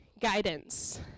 Guidance